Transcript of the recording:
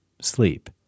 Sleep